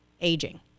aging